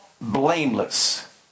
blameless